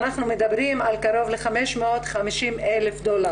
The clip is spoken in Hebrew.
אנחנו מדברים על קרוב ל-550,000 דולר,